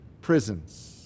prisons